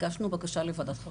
הגשנו בקשה לוועדת חריגים.